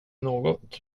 något